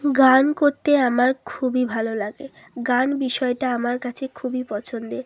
গান করতে আমার খুবই ভালো লাগে গান বিষয়টা আমার কাছে খুবই পছন্দের